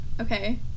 Okay